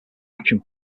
action